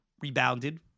rebounded